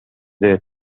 their